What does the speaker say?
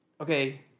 okay